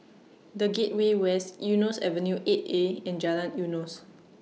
The Gateway West Eunos Avenue eight A and Jalan Eunos